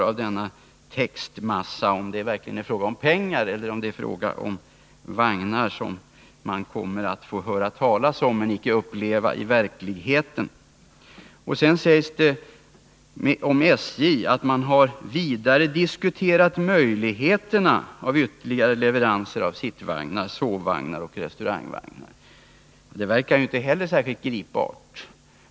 Av denna textmassa framgår ju icke om det är fråga om pengar eller om det är fråga om vagnar som man kommer att få höra talas om men som man icke kommer att få uppleva i verkligheten. Vidare sägs det: ”Man har vidare diskuterat möjligheterna av ytterligare leveranser av sittvagnar, sovvagnar och restaurangvagnar.” Inte heller det verkar särskilt gripbart.